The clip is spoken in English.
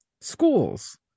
schools